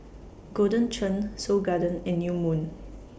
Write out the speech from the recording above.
Golden Churn Seoul Garden and New Moon